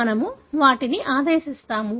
మనము వాటిని ఆదేశిస్తాము